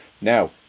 Now